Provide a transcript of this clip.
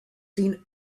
seen